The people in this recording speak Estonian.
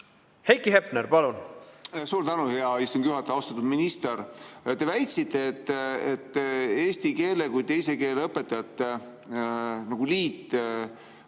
Heiki Hepner, palun! Suur tänu, hea istungi juhataja! Austatud minister! Te väitsite, et Eesti Keele kui Teise Keele Õpetajate Liit